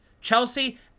Chelsea